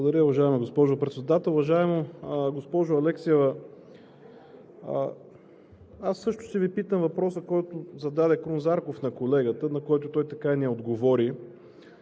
Благодаря, уважаема госпожо Председател. Уважаема госпожо Алексиева, аз също ще Ви питам по въпроса, който зададе Крум Зарков на колегата, на който той така и не отговори: